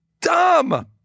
Dumb